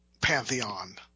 Pantheon